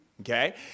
okay